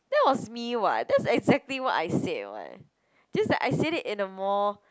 that was me [what] that's exactly what I said [what] just that I said it in a more